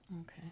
okay